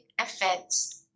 effects